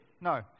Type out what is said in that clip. no